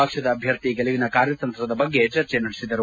ಪಕ್ಷದ ಅಭ್ಯರ್ಥಿಯ ಗೆಲುವಿಗೆ ಕಾರ್ಯತಂತ್ರದ ಚರ್ಚೆ ನಡೆಸಿದರು